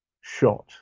shot